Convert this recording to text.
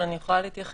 אבל אני יכולה להתייחס.